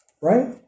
right